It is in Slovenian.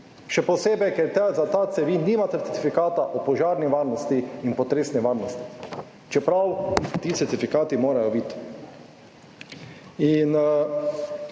še posebej, ker za te cevi nima certifikata o požarni varnosti in potresni varnosti, čeprav ti certifikati morajo biti.